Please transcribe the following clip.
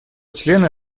члены